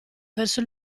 verso